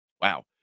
wow